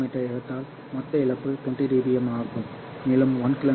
எடுத்தால் மொத்த இழப்பு 20 dB ஆகும் மேலும் நான் 1 1km